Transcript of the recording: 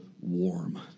warm